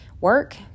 Work